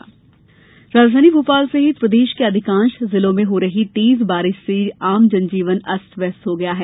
मौसम राजधानी भोपाल सहित प्रदेश के अधिकांश जिलों में हो रही तेज बारिश से आम जनजीवन अस्त व्यस्त हो गया है